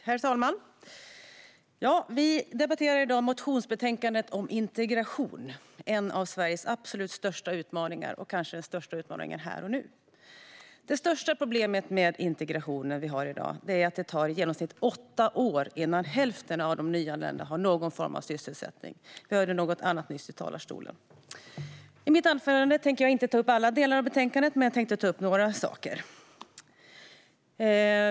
Herr talman! Vi debatterar i dag motionsbetänkandet om integration, som är en av Sveriges absolut största utmaningar, kanske den största utmaningen här och nu. Det största problemet vi har med integrationen i dag är att det tar i genomsnitt åtta år innan hälften av de nyanlända har någon form av sysselsättning. Vi hörde något annat från talarstolen nyss. I mitt anförande tänker jag inte ta upp alla delar i betänkandet, men jag tänker ta upp några saker.